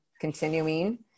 continuing